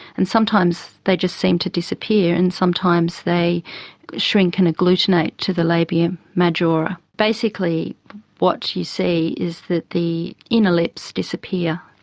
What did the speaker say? and sometimes they just seem to disappear, and sometimes they shrink and agglutinate to the labia majora. basically what you see is that the inner lips disappear.